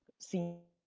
seen